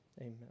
Amen